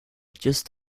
just